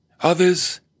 Others